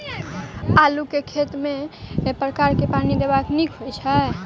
आलु केँ खेत मे केँ प्रकार सँ पानि देबाक नीक होइ छै?